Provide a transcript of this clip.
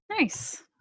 Nice